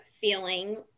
feeling